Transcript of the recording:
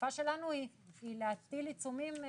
השאיפה שלנו היא להטיל עיצומים סבירים.